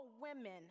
women